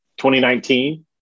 2019